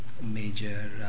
major